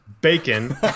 bacon